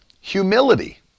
Humility